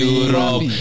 Europe